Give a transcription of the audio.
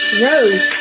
Rose